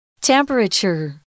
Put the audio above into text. Temperature